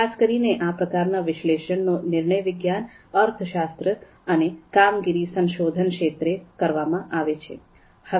ખાસ કરીને આ પ્રકારના વિશ્લેષણ નો નિર્ણય વિજ્ઞાન અર્થશાસ્ત્ર અને કામગીરી સંશોધન ક્ષેત્રે કરવામાં આવે છે